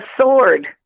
sword